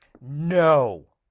No